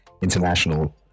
International